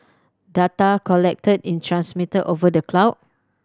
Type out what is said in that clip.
data collected is transmitted over the cloud